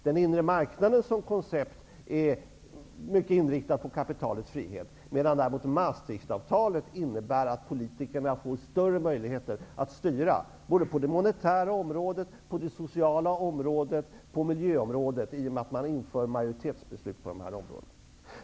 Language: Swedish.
Den inre marknaden som koncept är mycket inriktad på kapitalets frihet, medan Maastrichtavtalet däremot innebär att politikerna får större möjligheter att styra på det monetära området, det sociala området och miljöområdet, eftersom man inför majoritetsbeslut på dessa områden.